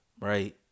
right